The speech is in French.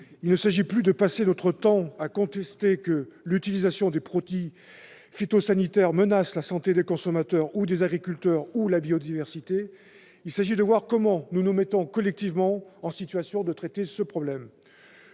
il ne s'agit plus de passer notre temps à contester le fait que l'utilisation des produits phytosanitaires menace la santé des consommateurs et des agriculteurs, ainsi que la biodiversité, il s'agit de savoir comment nous nous mettons collectivement en situation de traiter ce problème.